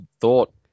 thought